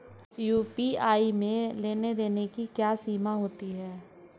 UPI में लेन देन की क्या सीमा होती है?